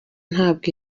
ntabwo